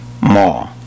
more